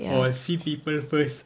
or see people first